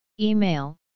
Email